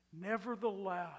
nevertheless